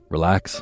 Relax